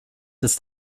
ist